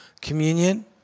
communion